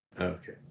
okay